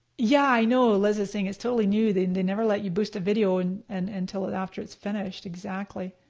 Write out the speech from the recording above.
yeah i know, liz is saying it's totally new, they and they never let you boost a video and and until after it's finished, exactly.